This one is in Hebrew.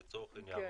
לצורך העניין,